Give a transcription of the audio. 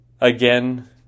Again